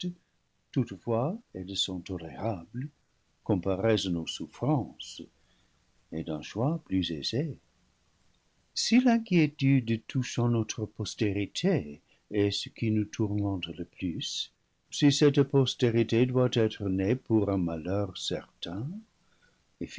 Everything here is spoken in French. tolérables comparées à nos souffrances et d'un choix plus aisé si l'inquiétude touchant notre postérité est ce qui nous tourmente le plus si cette postérité doit être née pour un mal heur certain et